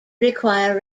require